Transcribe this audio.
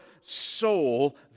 soul